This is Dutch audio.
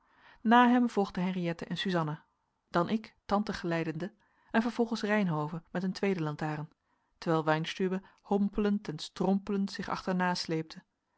na hem volgden henriëtte en suzanna dan ik tante geleidende en vervolgens reynhove met een tweede lantaren terwijl weinstübe hompelend en strompelend zich achterna sleepte